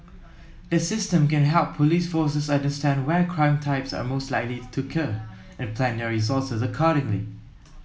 the system can help police forces understand where crime types are most likely to occur and plan their resources accordingly